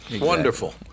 Wonderful